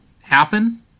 happen